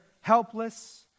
helpless